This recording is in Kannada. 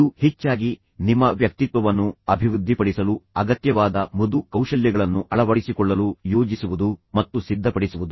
ಇದು ಹೆಚ್ಚಾಗಿ ನಿಮ್ಮ ವ್ಯಕ್ತಿತ್ವವನ್ನು ಅಭಿವೃದ್ಧಿಪಡಿಸಲು ಅಗತ್ಯವಾದ ಮೃದು ಕೌಶಲ್ಯಗಳನ್ನು ಅಳವಡಿಸಿಕೊಳ್ಳಲು ಯೋಜಿಸುವುದು ಮತ್ತು ಸಿದ್ಧಪಡಿಸುವುದು